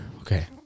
Okay